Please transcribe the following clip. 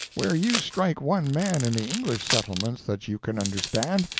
where you strike one man in the english settlements that you can understand,